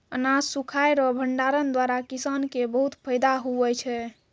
अनाज सुखाय रो भंडारण द्वारा किसान के बहुत फैदा हुवै छै